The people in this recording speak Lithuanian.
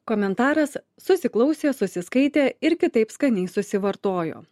komentaras susiklausė susiskaitė ir kitaip skaniai susivartojo